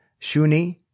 Shuni